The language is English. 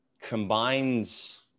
combines